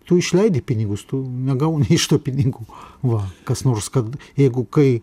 tu išleidi pinigus tu negauni iš to pinigų va kas nors kad jeigu kai